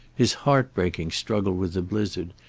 his heart-breaking struggle with the blizzard,